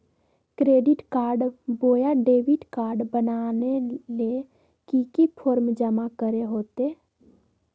Credit card बोया debit card बनाने ले की की फॉर्म जमा करे होते?